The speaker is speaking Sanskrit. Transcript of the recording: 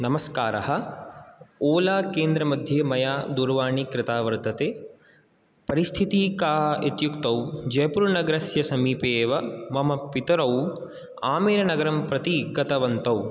नमस्कारः ओला केन्द्रमध्ये मया दुरवाणि कृता वर्तते परिस्थिति का इत्युक्तौ जयपुर्नगरस्य समीपे एव मम पितरौ आमेरनगरम् प्रति गतवन्तौ